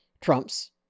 Trump's